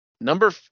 Number